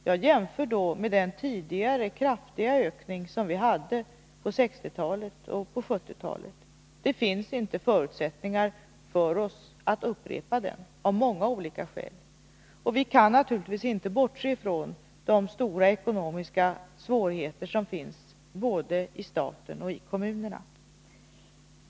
Jag jämför då med den tidigare kraftiga ökning som vi hade på 1960-talet och 1970-talet. Det finns inte förutsättningar för oss att upprepa den — av många olika skäl. Vi kan naturligtvis inte bortse från de stora ekonomiska svårigheter som föreligger för både staten och kommunerna.